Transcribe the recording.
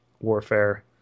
warfare